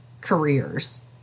careers